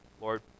Lord